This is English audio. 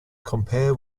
compare